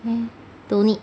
don't need